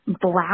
black